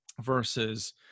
versus